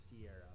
Sierra